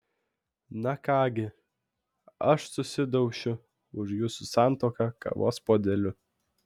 na ką gi aš susidaušiu už jūsų santuoką kavos puodeliu